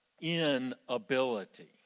inability